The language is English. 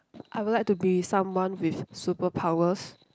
I would like to be someone with super powers